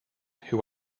who